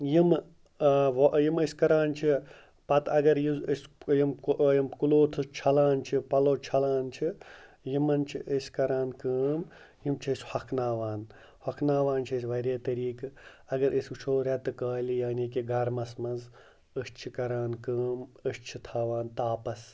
یِمہٕ یِم أسۍ کَران چھِ پَتہٕ اگر یُس أسۍ یِم یِم کُلوتھٕس چھَلان چھِ پَلو چھَلان چھِ یِمَن چھِ أسۍ کَران کٲم یِم چھِ أسۍ ہۄکھناوان ہۄکھناوان چھِ أسۍ واریاہ طٔریٖقہٕ اگر أسۍ وٕچھو رٮ۪تہٕ کالہِ یعنی کہِ گَرمَس مَنٛز أسۍ چھِ کَران کٲم أسۍ چھِ تھاوان تاپَس